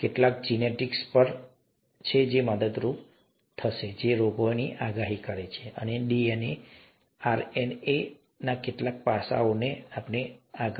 કેટલાક જિનેટિક્સ જે છે જે મદદરૂપ છે રોગોની આગાહી કરે છે અને ડીએનએ આરએનએના કેટલાક પાસાઓ અને તેથી આગળ